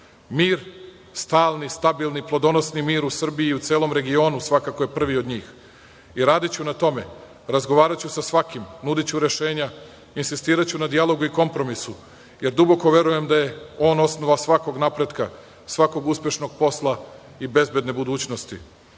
stalni, stabilni, plodonosni mir u Srbiji i u celom regionu svakako je prvi od njih. Radiću na tome. Razgovaraću sa svakim, nudiću rešenja, insistiraću na dijalogu i kompromisu, jer duboko verujem da je on osnova svakog napretka, svakog uspešnog posla i bezbedne budućnosti. Dakle,